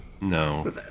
No